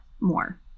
more